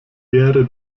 wäre